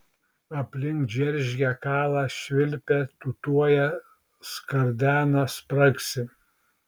aplink džeržgia kala švilpia tūtuoja skardena spragsi